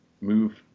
move